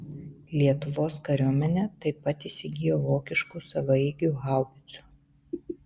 lietuvos kariuomenė taip pat įsigijo vokiškų savaeigių haubicų